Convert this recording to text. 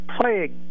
play